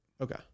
Okay